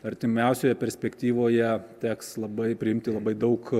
artimiausioje perspektyvoje teks labai priimti labai daug